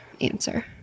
answer